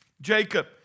Jacob